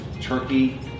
turkey